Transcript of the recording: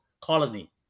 colony